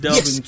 Yes